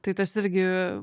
tai tas irgi